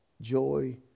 joy